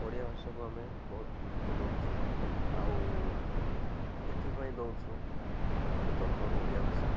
ଓଡ଼ିଆ ଭାଷାକୁ ଆମେ ବହୁତ ଗୁରୁତ୍ୱ ଦଉଛୁ ଆଉ ଏଥିପାଇଁ ଦଉଛୁ ଆମେ ଜନ୍ମରୁ ଓଡ଼ିଆ ଭାଷା